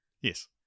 Yes